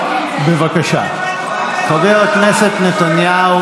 חבר הכנסת נתניהו,